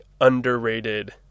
underrated